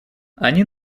они